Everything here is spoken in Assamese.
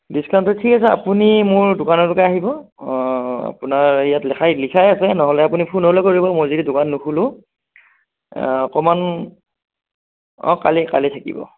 ডিছকাউণ্টটো ঠিক আছে আপুনি মোৰ দোকানলৈকে আহিব অঁ আপোনাৰ ইয়াত লেখাই লিখাই আছে নহ'লে আপুনি ফোন হ'লেও কৰিব মই যদি দোকান নোখোলোঁ অকণমান অঁ কালি কালি থাকিব